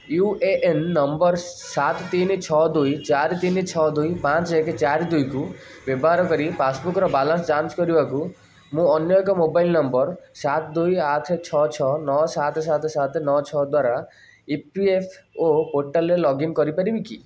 you A N number ସାତ ତିନି ଛଅ ଦୁଇ ଚାରି ତିନି ଛଅ ଦୁଇ ପାଞ୍ଚ ଏକ ଚାରି ଦୁଇକୁ ବ୍ୟବହାର କରି ପାସ୍ବୁକ୍ର ବାଲାନ୍ସ ଯାଞ୍ଚ କରିବାକୁ ମୁଁ ଅନ୍ୟ ଏକ ମୋବାଇଲ୍ ନମ୍ବର୍ ସାତ ଦୁଇ ଆଠ ଛଅ ଛଅ ନଅ ସାତ ସାତ ସାତ ନଅ ଛଅ ଦ୍ଵାରା ଇ ପି ଏଫ୍ ଓ ପୋର୍ଟାଲ୍ରେ ଲଗ୍ଇନ୍ କରିପାରିବି କି